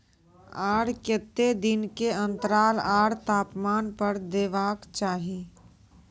आर केते दिन के अन्तराल आर तापमान पर देबाक चाही?